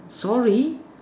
sorry